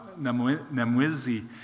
Namwizi